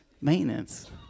Maintenance